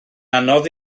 anodd